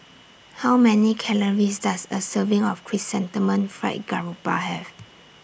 How Many Calories Does A Serving of Chrysanthemum Fried Garoupa Have